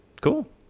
Cool